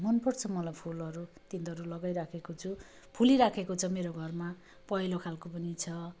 मन पर्छ मलाई फुलहरू तिनीहरू लगाइराखेको छु फुलिराखेको छ मेरो घरमा पहेँलो खाले पनि छ